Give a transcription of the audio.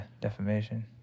defamation